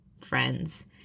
friends